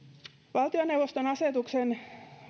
valtioneuvoston asetuksen viidennen pykälän